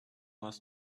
was